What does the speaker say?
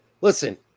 listen